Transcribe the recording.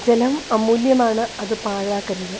ജലം അമൂല്യമാണ് അത് പാഴാക്കരുത്